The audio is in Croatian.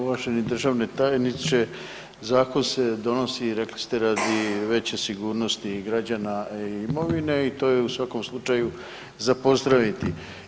Uvaženi državni tajniče, zakon se donosi rekli ste radi veće sigurnosti građana i imovine i to je u svakom slučaju za pozdraviti.